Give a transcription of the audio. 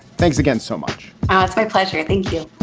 thanks again so much. ah it's my pleasure. thank you